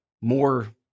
more